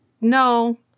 no